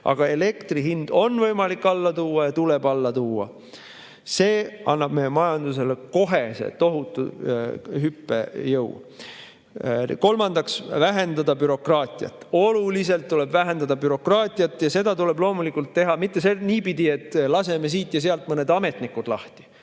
Aga elektri hind on võimalik alla tuua ja tuleb alla tuua. See annaks meie majandusele kohe tohutu hüppejõu. Kolmandaks tuleb vähendada bürokraatiat, oluliselt tuleb vähendada bürokraatiat. Seda tuleb loomulikult teha, aga mitte niipidi, et laseme siit ja sealt mõned ametnikud lahti.